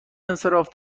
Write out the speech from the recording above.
انصراف